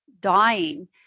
dying